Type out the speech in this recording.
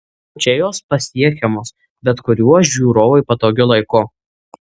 čia jos pasiekiamos bet kuriuo žiūrovui patogiu laiku